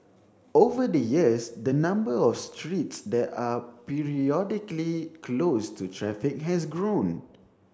over the years the number of streets that are periodically closed to traffic has grown